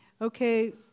okay